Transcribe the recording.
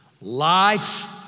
Life